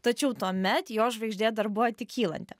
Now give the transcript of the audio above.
tačiau tuomet jo žvaigždė dar buvo tik kylanti